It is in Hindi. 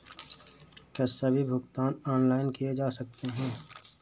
क्या सभी भुगतान ऑनलाइन किए जा सकते हैं?